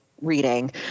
reading